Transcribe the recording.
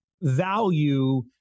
value